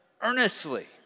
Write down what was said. earnestly